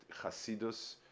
Hasidus